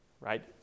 right